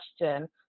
question